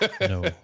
No